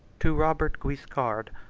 to robert guiscard,